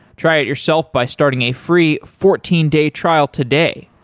try it yourself by starting a free fourteen day trial today.